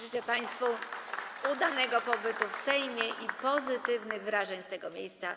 Życzę państwu udanego pobytu w Sejmie i pozytywnych wrażeń z tego miejsca.